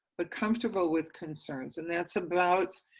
but comfortable with concerns, and that's about,